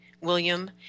William